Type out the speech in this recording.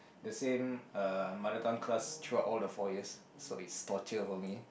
the same uh mother tongue class throughout all the four years so it's torture for me